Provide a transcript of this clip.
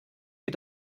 wie